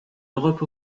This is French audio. europe